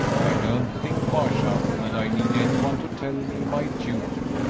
i don't think, marcia, that i need any one to tell me my duty,